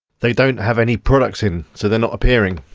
they don't have any products in, so they're not appearing.